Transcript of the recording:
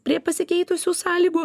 prie pasikeitusių sąlygų